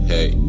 Hey